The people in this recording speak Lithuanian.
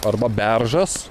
arba beržas